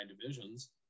divisions